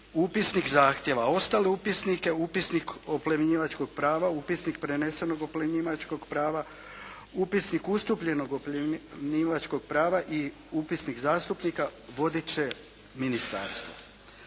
upisnik zahtjeva. Ostale upisnike, Upisnik oplemenjivačkog prava, Upisnik prenesenog oplemenjivačkog prava, Upisnik ustupljenog oplemenjivačkog prava i Upisnik zastupnika vodit će ministarstvo.